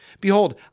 Behold